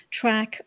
track